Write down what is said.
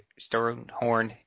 Stonehorn